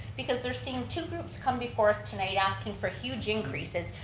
because they're seeing two groups come before us tonight asking for huge increases,